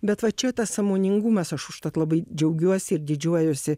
bet va čia tas sąmoningumas aš užtat labai džiaugiuos ir didžiuojuosi